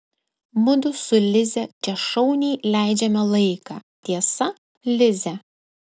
mudu su lize čia šauniai leidžiame laiką tiesa lize